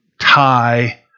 tie